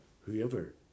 whoever